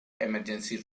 emergency